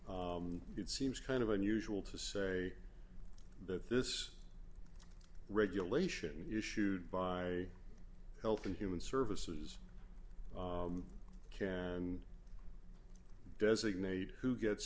it seems kind of unusual to say that this regulation issued by health and human services designate who gets